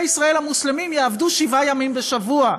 ישראל המוסלמים יעבדו שבעה ימים בשבוע.